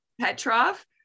Petrov